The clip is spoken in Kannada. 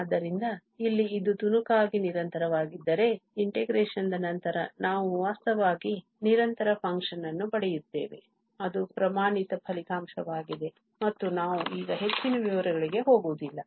ಆದ್ದರಿಂದ ಇಲ್ಲಿ ಇದು ತುಣುಕಾಗಿ ನಿರಂತರವಾಗಿದ್ದರೆ integration ದ ನಂತರ ನಾವು ವಾಸ್ತವವಾಗಿ ನಿರಂತರ function ನ್ನು ಪಡೆಯುತ್ತೇವೆ ಅದು ಪ್ರಮಾಣಿತ ಫಲಿತಾಂಶವಾಗಿದೆ ಮತ್ತು ನಾವು ಈಗ ಹೆಚ್ಚಿನ ವಿವರಗಳಿಗೆ ಹೋಗುವುದಿಲ್ಲ